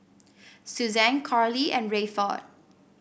Suzanne Coralie and Rayford